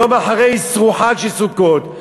יום אחרי אסרו חג של סוכות,